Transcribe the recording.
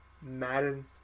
Madden